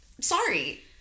Sorry